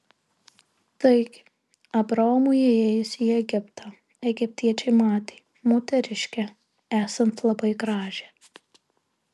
taigi abraomui įėjus į egiptą egiptiečiai matė moteriškę esant labai gražią